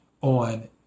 on